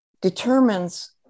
determines